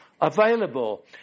available